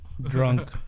Drunk